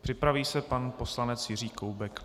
Připraví se pan poslanec Jiří Koubek.